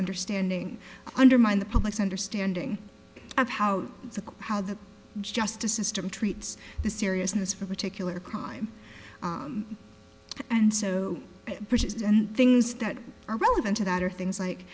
understanding undermined the public's understanding of how the how the justice system treats the seriousness for particular crime and so pushes and things that are relevant to that are things like